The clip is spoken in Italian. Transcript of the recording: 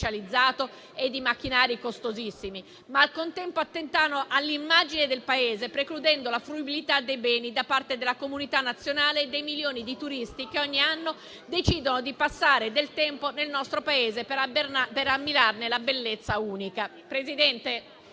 specializzato e di macchinari costosissimi, ma al contempo attentano all'immagine del Paese, precludendo la fruibilità dei beni da parte della comunità nazionale e dei milioni di turisti che ogni anno decidono di passare del tempo nel nostro Paese per ammirarne la bellezza unica.